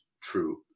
true